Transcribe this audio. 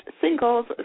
singles